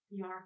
pr